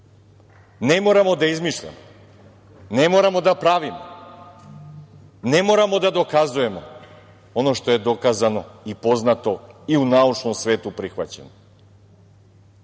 Ne moramo da izmišljamo, ne moramo da pravimo, ne moramo da dokazujemo ono što je dokazano i poznato i u naučnom svetu prihvaćeno.Zašto